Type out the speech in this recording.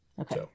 Okay